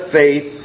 faith